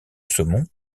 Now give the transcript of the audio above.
saumons